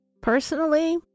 personally